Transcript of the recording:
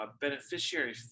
beneficiary